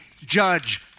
judge